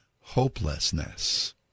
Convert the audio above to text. hopelessness